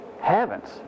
heavens